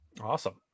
Awesome